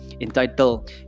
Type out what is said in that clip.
entitled